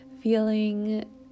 feeling